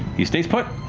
he stays put.